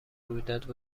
رویداد